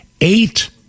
eight